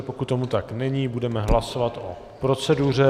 Pokud tomu tak není, budeme hlasovat o proceduře.